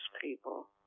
people